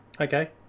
Okay